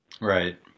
Right